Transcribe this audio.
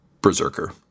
berserker